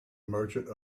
merchant